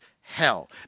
hell